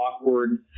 awkward